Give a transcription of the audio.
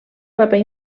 paper